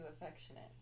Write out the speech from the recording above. affectionate